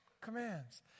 commands